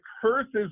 curses